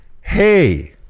hey